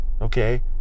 okay